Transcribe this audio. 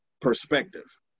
perspective